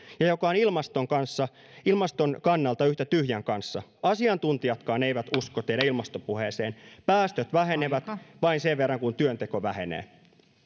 ja joka on ilmaston kannalta yhtä tyhjän kanssa asiantuntijatkaan eivät usko teidän ilmastopuheeseen päästöt vähenevät vain sen verran kuin työnteko vähenee